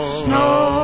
snow